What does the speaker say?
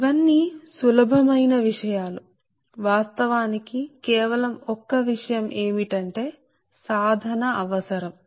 ఇవన్నీ సులభమైన విషయాలు వాస్తవానికి కేవలం ఒక్క విషయం ఏమిటంటే సాధన అవసరం